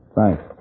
Thanks